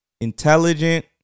Intelligent